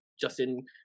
Justin